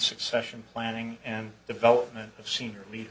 succession planning and development of senior lea